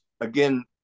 Again